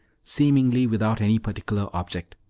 seemingly without any particular object.